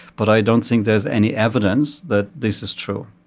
but i don't think there's any evidence that this is true.